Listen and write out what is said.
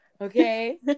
Okay